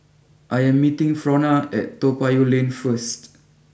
I am meeting Frona at Toa Payoh Lane first